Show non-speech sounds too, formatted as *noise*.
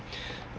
*breath*